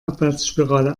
abwärtsspirale